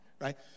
right